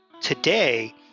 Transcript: today